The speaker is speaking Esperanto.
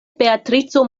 beatrico